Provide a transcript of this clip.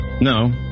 No